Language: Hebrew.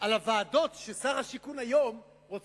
על הוועדות ששר השיכון רוצה היום להקים.